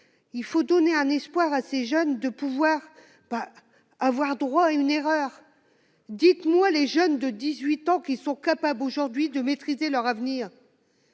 il faut donner un espoir à ces jeunes de pouvoir pas avoir droit à une erreur, dites-moi, les jeunes de 18 ans, qui sont capables aujourd'hui de maîtriser leur avenir.